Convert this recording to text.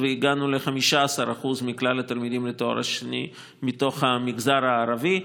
והגענו ל-15% מכלל התלמידים לתואר השני מתוך המגזר הערבי.